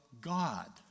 God